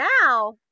now